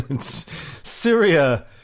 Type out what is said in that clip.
syria